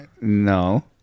No